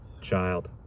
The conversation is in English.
child